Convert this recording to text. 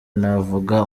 ntavuga